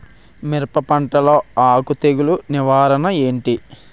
మిరప పంటలో ఆకు తెగులు నివారణ ఏంటి?